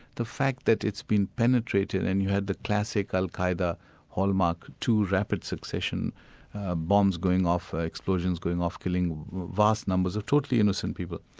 the fact that it's been penetrated and you had the classic al-qa'eda hallmark, two rapid-succession bombs going off, explosions going off killing vast numbers of totally innocent people.